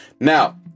now